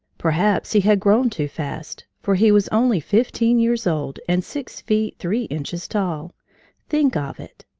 perhaps he had grown too fast, for he was only fifteen years old and six feet, three inches tall think of it!